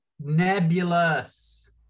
nebulous